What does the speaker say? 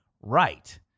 Right